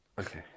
okay